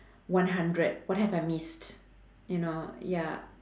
one hundred what have I missed you know ya